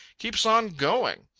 keeps on going.